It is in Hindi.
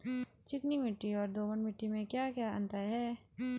चिकनी मिट्टी और दोमट मिट्टी में क्या क्या अंतर है?